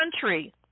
country